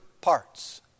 parts